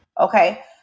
okay